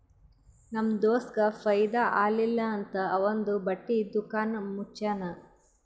ನಮ್ ದೋಸ್ತಗ್ ಫೈದಾ ಆಲಿಲ್ಲ ಅಂತ್ ಅವಂದು ಬಟ್ಟಿ ದುಕಾನ್ ಮುಚ್ಚನೂ